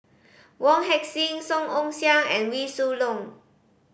Wong Heck Sing Song Ong Siang and Wee Shoo Leong